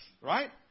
right